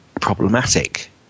problematic